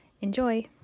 Enjoy